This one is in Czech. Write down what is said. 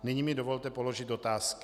Nyní mi dovolte položit otázky.